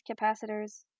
capacitors